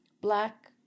black